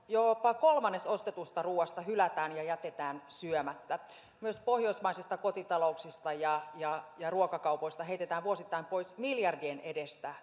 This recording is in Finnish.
jopa kolmannes ostetusta ruuasta hylätään ja jätetään syömättä myös pohjoismaisista kotitalouksista ja ja ruokakaupoista heitetään vuosittain pois miljardin edestä